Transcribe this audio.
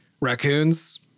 Raccoons